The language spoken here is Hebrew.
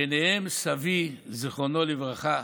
וביניהם סבי, זיכרונו לברכה,